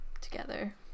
together